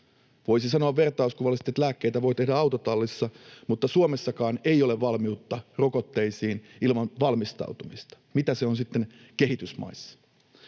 Voisi sanoa vertauskuvallisesti, että lääkkeitä voi tehdä autotallissa, mutta Suomessakaan ei ole valmiutta rokotteisiin ilman valmistautumista. Mitä se on sitten kehitysmaissa?